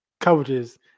coaches